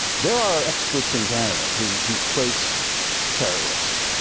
there are experts in canada who trace terrorists,